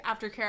aftercare